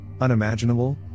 unimaginable